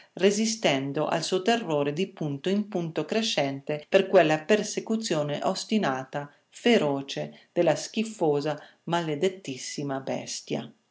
resistendo al suo terrore di punto in punto crescente per quella persecuzione ostinata feroce della schifosa maledettissima bestia